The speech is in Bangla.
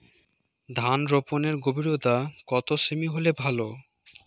ধান রোপনের গভীরতা কত সেমি হলে ভালো?